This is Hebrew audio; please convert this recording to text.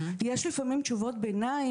יש לפעמים תשובות ביניים.